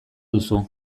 duzu